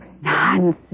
Nonsense